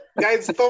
Guys